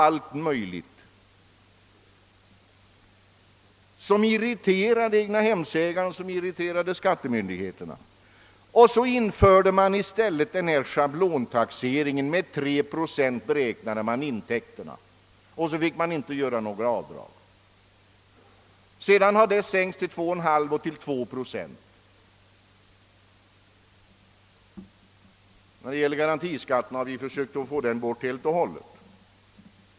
Detta irriterade både egnahemsägaren och skattemyndigheterna. I stället införde man schablontaxering som innebar att intäkterna beräknades till 3 procent av taxeringsvärdet, medan inga avdrag fick göras för kostnader. Sedan har procentsatsen sänkts till 2,5 och till 2 procent. Garantiskatten har vi försökt få bort helt och hållet.